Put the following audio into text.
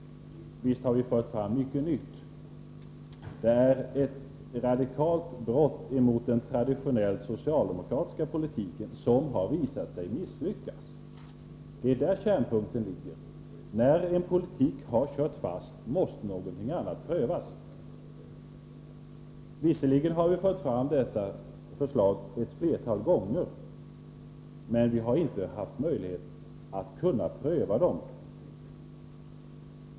Visst har vi fört fram mycket nytt. Våra förslag innebär ett radikalt brott mot den traditionellt socialdemokratiska politiken som har visat sig misslyckas. Det är där kärnpunkten ligger. När en politik har kört fast, måste någonting annat prövas. Visserligen har vi fört fram dessa förslag ett flertal gånger, men vi har inte haft möjlighet att pröva dem.